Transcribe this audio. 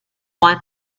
won